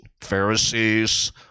Pharisees